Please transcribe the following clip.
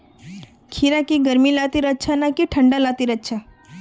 खीरा की गर्मी लात्तिर अच्छा ना की ठंडा लात्तिर अच्छा?